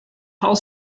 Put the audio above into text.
whole